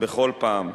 בכל פעם,